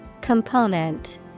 Component